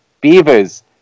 Beavers